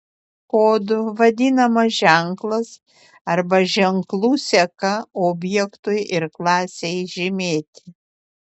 kodu vadinamas ženklas arba ženklų seka objektui ir klasei žymėti